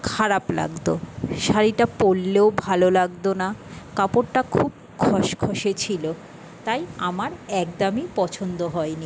খারাপ লাগত শাড়িটা পরলেও ভালো লাগত না কাপড়টা খুব খসখসে ছিল তাই আমার একদমই পছন্দ হয়নি